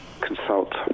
consult